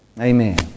Amen